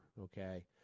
okay